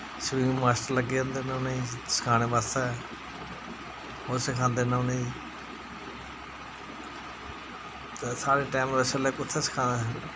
swimming master लग्गे दे होंदे न उ'नेंगी सखाने बास्तै ओह् सखांदे न उ'नेंगी ते साढ़ै टैम उस बेल्लै कु'त्थें सखाना हा